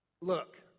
Look